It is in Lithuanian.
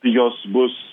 jos bus